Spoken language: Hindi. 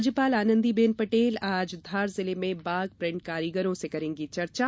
राज्यपाल आनंदी बने पटेल आज धार जिले में बाग प्रिंट कारीगरों से करेंगी चर्चा